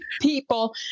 people